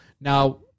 now